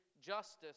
justice